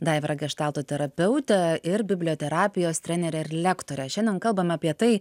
daiva yra geštalto terapeutė ir biblioterapijos trenerė ir lektorė šiandien kalbame apie tai